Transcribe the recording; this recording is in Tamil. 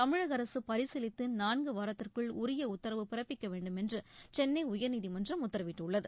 தமிழக அரசு பரிசீலித்து நான்கு வாரத்திற்குள் உரிய உத்தரவு பிறப்பிக்க வேண்டுமென்று சென்னை உயர்நீதிமன்றம் உத்தரவிட்டுள்ளது